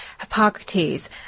Hippocrates